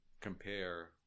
compare